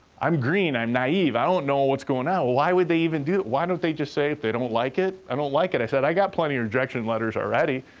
i'm green, i'm naive. i don't know what's going on. why would they even do why don't they just say if they don't like it, i don't like it? i said, i got plenty of rejection letters already.